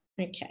Okay